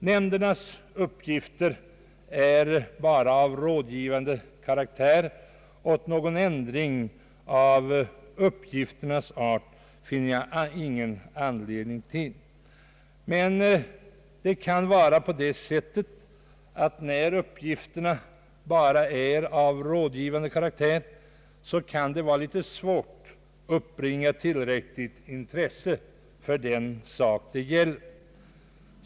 Nämndernas uppgift är bara av rådgivande karaktär, framhåller statsrådet, och någon ändring av uppgiftens art finns det ingen anledning till. Men när uppgifterna bara är av rådgivande karaktär, kan det vara svårt att uppbringa tillräckligt intresse för den sak det gäller.